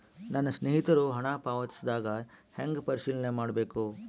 ನನ್ನ ಸ್ನೇಹಿತರು ಹಣ ಪಾವತಿಸಿದಾಗ ಹೆಂಗ ಪರಿಶೇಲನೆ ಮಾಡಬೇಕು?